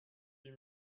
huit